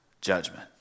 judgment